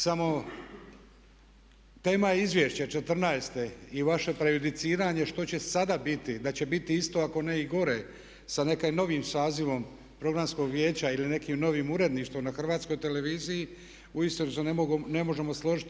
Samo tema je izvješće četrnaeste i vaše prejudiciranje što će sada biti, da će biti isto ako ne i gore sa nekim novim sazivom Programskog vijeća ili nekim novim uredništvom na Hrvatskoj televiziji uistinu se ne možemo složiti.